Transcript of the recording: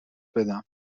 بدم